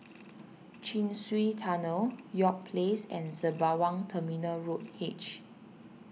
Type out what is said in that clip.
Chin Swee Tunnel York Place and Sembawang Terminal Road H